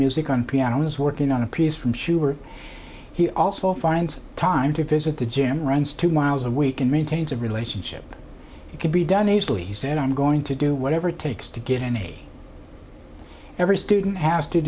music on piano as working on a piece from schubert he also finds time to visit the gym runs two miles a week and maintains a relationship it can be done easily he said i'm going to do whatever it takes to get any every student has to